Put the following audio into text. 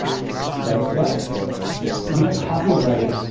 right, but we don't copyright,